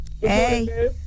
Hey